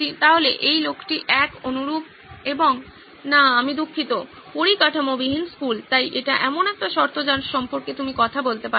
সুতরাং এই লোকটি এক অনুরূপ এবং না আমি দুঃখিত পরিকাঠামোবিহীন স্কুল তাই এটি এমন একটি শর্ত যার সম্পর্কে তুমি কথা বলতে পারো